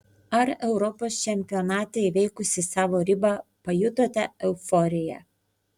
ar europos čempionate įveikusi savo ribą pajutote euforiją